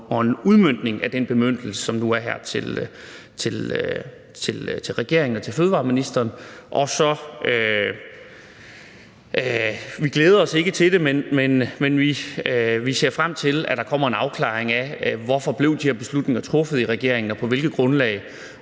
og en udmøntning af den bemyndigelse, som der nu kommer her til regeringen og til fødevareministeren. Vi glæder os ikke til det, men vi ser frem til, at der kommer en afklaring af, hvorfor de her beslutninger blev truffet i regeringen, på hvilket grundlag,